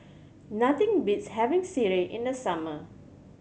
nothing beats having sireh in the summer